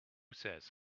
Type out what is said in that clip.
says